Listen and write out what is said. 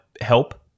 help